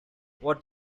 what